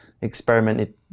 experimented